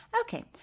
Okay